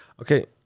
Okay